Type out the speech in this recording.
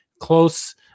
close